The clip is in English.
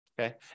Okay